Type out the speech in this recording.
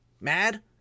mad